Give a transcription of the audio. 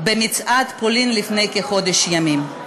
במצעד בפולין לפני כחודש ימים.